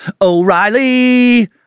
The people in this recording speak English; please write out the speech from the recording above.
O'Reilly